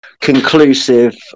conclusive